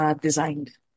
designed